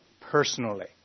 personally